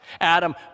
Adam